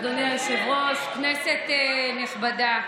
אדוני היושב-ראש, כנסת נכבדה,